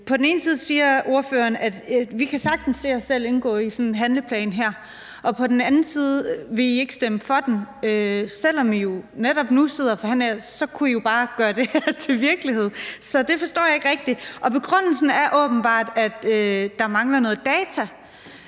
På den ene side siger ordføreren, at de sagtens kan se sig selv indgå i sådan en handleplan her, men på den anden side vil de ikke stemme for den, selv om I netop nu sidder og forhandler. I kunne jo bare gøre det til virkelighed. Så det forstår jeg ikke rigtig. Begrundelsen er åbenbart, at der mangler noget data.